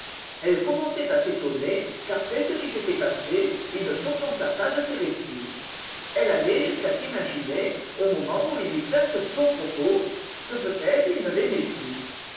elle commençait à s'étonner qu'après ce qui s'était passé il ne s'offensât pas de ses récits elle allait jusqu'à s'imaginer au moment où il lui tint ce sot propos que peut-être il ne l'aimait plus